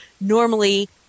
normally